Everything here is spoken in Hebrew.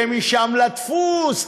ומשם לדפוס,